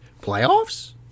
playoffs